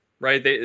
right